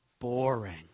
boring